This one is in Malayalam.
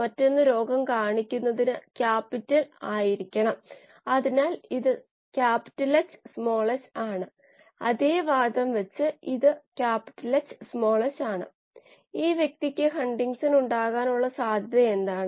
ബയോറിയാക്ടർ പ്രകടനം മെച്ചപ്പെടുത്തുന്നതിന് ഇതിലൂടെ സാധ്യമാകും